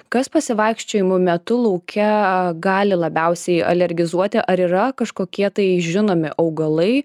kas pasivaikščiojimų metu lauke gali labiausiai alergizuoti ar yra kažkokie tai žinomi augalai